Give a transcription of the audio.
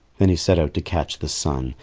then he set out to catch the sun.